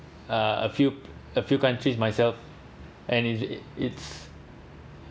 uh a few a few countries myself and it it it's